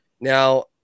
Now